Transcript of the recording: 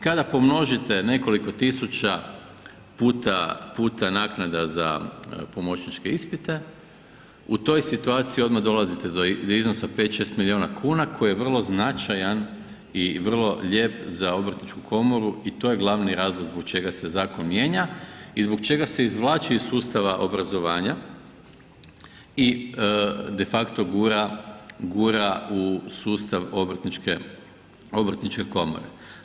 Kada pomnožite nekoliko tisuća puta naknada za pomoćničke ispite u toj situaciji dolazite do iznosa 5, 6 milijuna kuna koji je vrlo značajan i vrlo lijep za obrtničku komoru i to je glavni razlog zbog čega se zakon mijenja i zbog čega se izvlači iz sustava obrazovanja i de facto gura u sustav obrtničke komore.